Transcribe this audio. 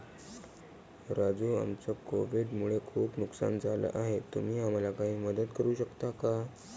राजू आमचं कोविड मुळे खूप नुकसान झालं आहे तुम्ही मला काही मदत करू शकता का?